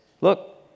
Look